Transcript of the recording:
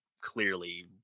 clearly